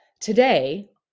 Today